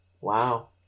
Wow